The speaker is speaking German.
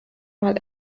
mal